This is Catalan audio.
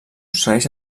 segueix